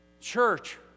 church